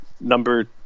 Number